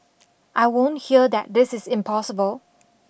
I won't hear that this is impossible